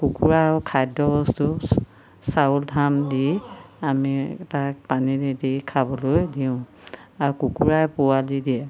কুকুৰা আৰু খাদ্যবস্তু চাউল ধান দি আমি তাক পানী দি খাবলৈ দিওঁ আৰু কুকুৰাই পোৱালি দিয়ে